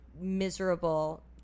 miserable